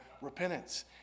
repentance